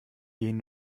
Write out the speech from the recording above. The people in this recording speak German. gehen